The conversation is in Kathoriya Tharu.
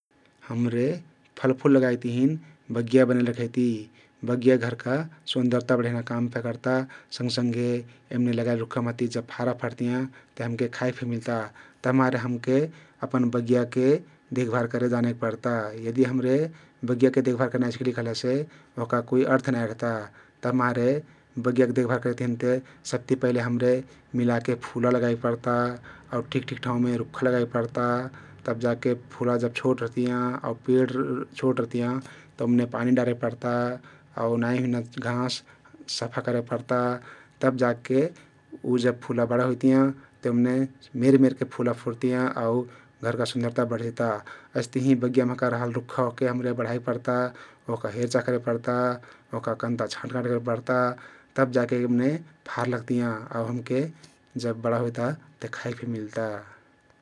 हम्रे फलफुल लगाइक तिहिन बगिया बनैले रखैती । बगिया घरका सुन्दरता बढैना काम फे कर्ता सँघसँघे यमने लगाइल रुख्खा महति जब फारा फरतियाँ ते हमके खइ फे मिल्ता । तभिमार हमके अपन बगियाके देखभार करे जाने पर्ता । यदि हम्रे बगियाके देखभार करे नाई सिक्ली कहलेसे ओहका कुइ अर्थ नाई रहता । तभिमारे बगियक देखभार करेक तहिन ते सबति पहिले हम्रे मिलाके फुला लगाइक पर्ता आउ ठिक ठिक ठाउँमे रुख्खा लगाइक पर्ता । तब जाके फुला जब छोट रहतियाँ, पेड छोट रहतियाँ तउ ओमने पानी डारेक पर्ता आउ नाई हुइना घाँस सफा करे पर्ता । तब जाके उ जब फुला बडा हुइतियाँ त ओमने मेरमेरिक फुला फुल्तियाँ आउ घरका सुन्दरता बढैता । अइस्तहिं बगिया महका रहल रुख्खा ओहके हम्रे बढाइ पर्ता, ओहका हेरचाह करे पर्ता, ओहका कन्ता छाँटकाँट करे पर्ता तब जाके ओमने फारा लग्तियाँ आउ हमके जब बडा हुइता तउ खाइक फे मिल्ता ।